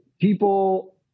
people